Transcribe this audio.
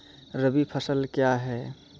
रबी फसल क्या हैं?